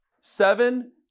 seven